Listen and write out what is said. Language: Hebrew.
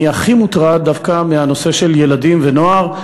אני הכי מוטרד דווקא מהנושא של ילדים ונוער.